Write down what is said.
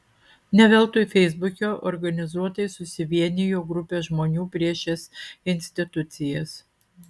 ne veltui feisbuke organizuotai susivienijo grupė žmonių prieš šias institucijas